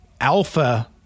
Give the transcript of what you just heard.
alpha